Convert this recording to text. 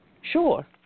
Sure